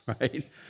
right